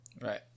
Right